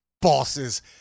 bosses